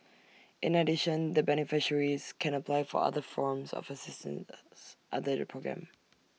in addition the beneficiaries can apply for other forms of assistance under the programme